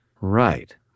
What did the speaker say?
Right